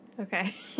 Okay